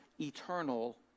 eternal